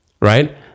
right